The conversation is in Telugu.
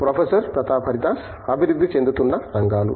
ప్రొఫెసర్ ప్రతాప్ హరిదాస్ అభివృద్ధి చెందుతున్న రంగాలు